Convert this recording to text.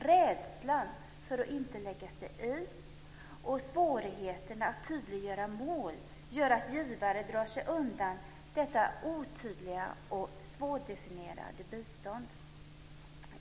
Rädslan för att lägga sig i och svårigheten att tydliggöra mål gör att givare drar sig undan detta otydliga och svårdefinierade bistånd.